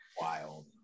Wild